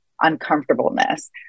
uncomfortableness